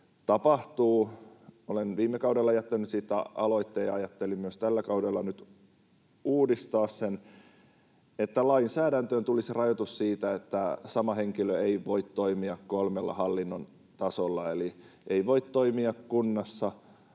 tapahtuu, olen viime kaudella jättänyt aloitteen, ja ajattelin sen myös tällä kaudella nyt uudistaa, että lainsäädäntöön tulisi rajoitus siitä, että sama henkilö ei voi toimia kolmella hallinnon tasolla. Eli ei voi toimia kunnassa,